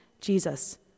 Jesus